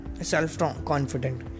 self-confident